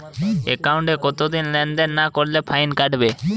একাউন্টে কতদিন লেনদেন না করলে ফাইন কাটবে?